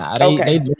Okay